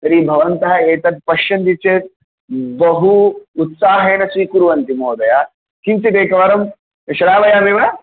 तर्हि भवन्तः एतत् पश्यन्ति चेत् बहु उत्साहेन स्वीकुर्वन्ति महोदय किञ्चित् एकवारं श्रावयामि वा